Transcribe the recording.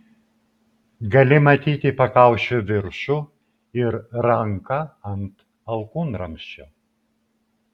gali matyti pakaušio viršų ir ranką ant alkūnramsčio